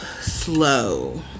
slow